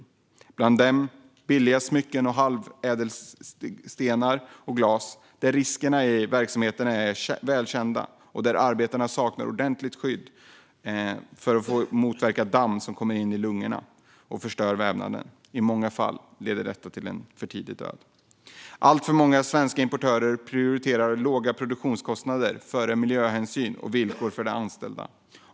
Det gäller bland annat billiga smycken med halvädelstenar och glas, och riskerna inom denna verksamhet är väl kända. Arbetarna saknar ordentligt skydd mot damm, som kommer in i lungorna och förstör vävnaden. I många fall leder detta till en för tidig död. Alltför många svenska importörer prioriterar låga produktionskostnader framför miljöhänsyn och villkor för de anställda.